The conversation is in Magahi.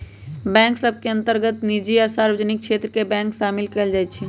बैंक सभ के अंतर्गत निजी आ सार्वजनिक क्षेत्र के बैंक सामिल कयल जाइ छइ